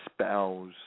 spells